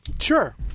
Sure